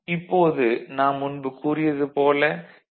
இப்போது நாம் முன்பு கூறியது போல டி